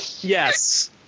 Yes